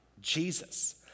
Jesus